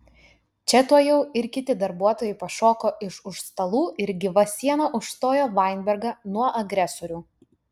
čia tuojau ir kiti darbuotojai pašoko iš už stalų ir gyva siena užstojo vainbergą nuo agresorių